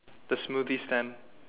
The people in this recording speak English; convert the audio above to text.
the smoothie stand